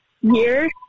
year